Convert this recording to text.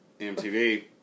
MTV